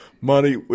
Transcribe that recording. money